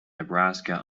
nebraska